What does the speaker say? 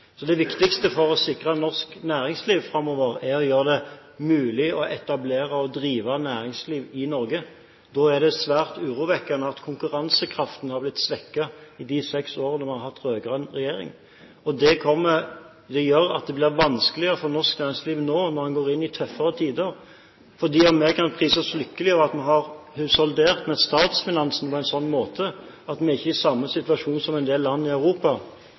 Så det viktigste for å sikre norsk næringsliv framover er å gjøre det mulig å etablere og drive næringsliv i Norge. Da er det svært urovekkende at konkurransekraften har blitt svekket i de seks årene vi har hatt rød-grønn regjering. Det gjør at det blir vanskeligere for norsk næringsliv nå når en går inn i tøffere tider. For selv om vi kan prise oss lykkelige over at vi har husholdert med statsfinansene på en sånn måte at vi ikke er i samme situasjon som en del land i Europa,